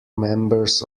members